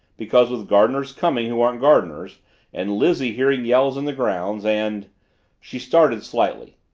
because with gardeners coming who aren't gardeners and lizzie hearing yells in the grounds and she started slightly.